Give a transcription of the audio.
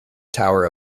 tower